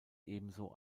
ebenso